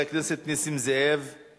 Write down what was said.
הצעת חוק לתיקון פקודת מס הכנסה (מס' 189 והוראת